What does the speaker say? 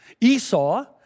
Esau